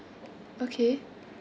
okay